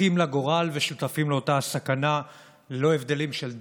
אחים לגורל ושותפים לאותה הסכנה ללא הבדלים של דת,